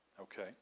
Okay